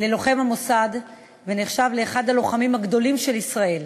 ללוחם המוסד ונחשב לאחד הלוחמים הגדולים של ישראל,